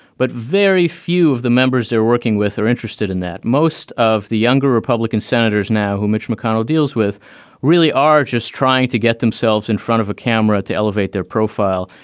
but very few the members they're working with are interested in that. most of the younger republican senators now who mitch mcconnell deals with really are just trying to get themselves in front of a camera to elevate their profile.